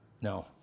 No